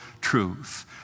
truth